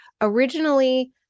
originally